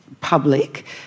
public